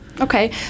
Okay